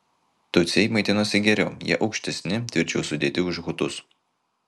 tutsiai maitinosi geriau jie aukštesni tvirčiau sudėti už hutus